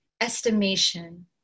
estimation